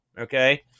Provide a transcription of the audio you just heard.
okay